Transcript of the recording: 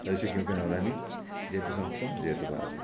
तद्विषये किमपि न वदामि जयतु संस्कृतं जयतु भारतम्